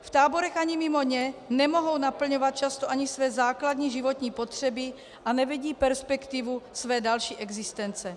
V táborech ani mimo ně nemohou naplňovat často ani své základní životní potřeby a nevidí perspektivu své další existence.